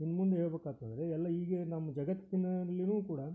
ಇನ್ನು ಮುಂದೆ ಹೇಳ್ಬೇಕಾಯ್ತ್ ಅಂದರೆ ಎಲ್ಲ ಹೀಗೇ ನಮ್ಮ ಜಗತ್ತಿನಲ್ಲಿಯೂ ಕೂಡ